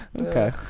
Okay